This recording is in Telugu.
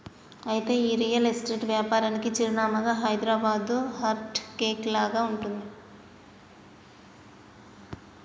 అయితే ఈ రియల్ ఎస్టేట్ వ్యాపారానికి చిరునామాగా హైదరాబాదు హార్ట్ కేక్ లాగా ఉంటుంది